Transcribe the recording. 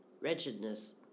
wretchedness